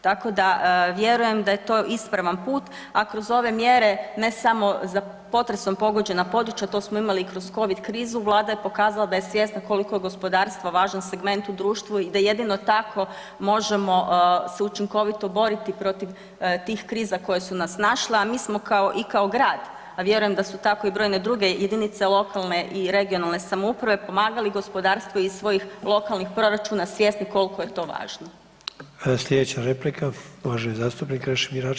Tako da vjerujem da je to ispravan put, a kroz ove mjere ne samo za potresom pogođena područja to smo imali i kroz Covid krizu, Vlada je pokazala da je svjesna koliko je gospodarstvo važan segment u društvu i da jedino tako možemo se učinkovito boriti protiv tih kriza koje su nas snašle, a mi smo kao i kao grad, a vjerujem da su tako i brojne druge jedinice lokalne i regionalne samouprave pomagali gospodarstvo iz svojih lokalnih proračuna svjesni koliko je to važno.